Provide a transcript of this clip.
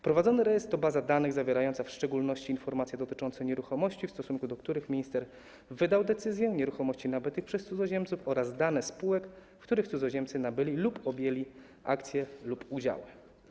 Prowadzony rejestr to baza danych zawierająca w szczególności informacje dotyczące nieruchomości, w stosunku do których minister wydał decyzję, nieruchomości nabytych przez cudzoziemców oraz dane spółek, w których cudzoziemcy nabyli lub objęli akcje lub udziały.